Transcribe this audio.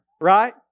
right